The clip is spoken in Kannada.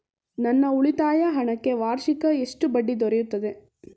ನನ್ನ ಉಳಿತಾಯ ಹಣಕ್ಕೆ ವಾರ್ಷಿಕ ಎಷ್ಟು ಬಡ್ಡಿ ದೊರೆಯುತ್ತದೆ?